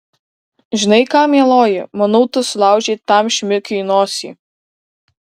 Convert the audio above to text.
žinai ką mieloji manau tu sulaužei tam šmikiui nosį